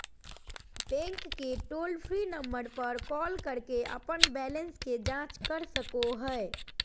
bank के toll free number पर call करके अपन बैलेंस के जांच कर सको हइ